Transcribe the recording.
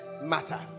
matter